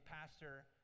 pastor